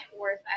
worth